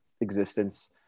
existence